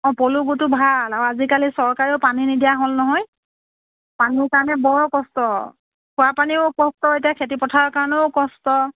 অ পলু গোটো ভাল আৰু আজিকালি চৰকাৰেও পানী নিদিয়া হ'ল নহয় পানীৰ কাৰণে বৰ কষ্ট খোৱাপানীও কষ্ট এতিয়া খেতি পথাৰৰ কাৰণেও কষ্ট